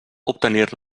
obtenir